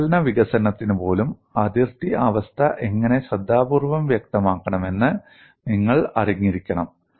വിശകലന വികസനത്തിന് പോലും അതിർത്തി അവസ്ഥ എങ്ങനെ ശ്രദ്ധാപൂർവ്വം വ്യക്തമാക്കണമെന്ന് നിങ്ങൾ അറിഞ്ഞിരിക്കണം